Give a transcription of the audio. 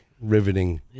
riveting